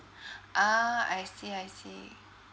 ah I see I see